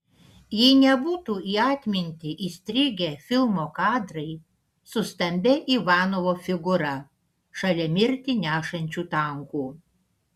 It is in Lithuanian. jei nebūtų į atmintį įstrigę filmo kadrai su stambia ivanovo figūra šalia mirtį nešančių tankų